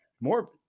more